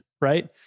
Right